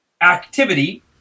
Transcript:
activity